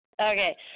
Okay